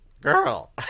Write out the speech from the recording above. Girl